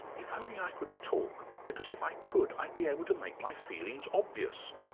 if only i could talk, because if i could, i'd be able to make my feelings obvious'.